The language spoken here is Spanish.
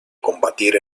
combatir